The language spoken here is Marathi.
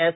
एस